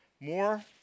more